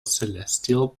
celestial